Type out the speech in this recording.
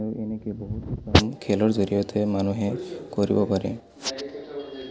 আৰু এনেকৈ বহুতো কাম খেলৰ জৰিয়তে মানুহে কৰিব পাৰে